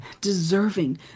deserving